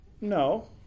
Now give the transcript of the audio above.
No